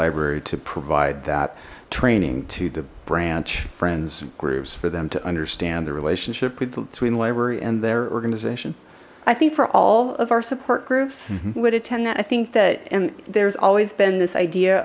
library to provide that training to the branch friends and groups for them to understand the relationship between the library and their organization i think for all of our support groups would attend that i think that and there's always been this idea